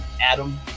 Adam